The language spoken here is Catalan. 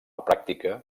pràctica